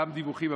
גם דיווחים,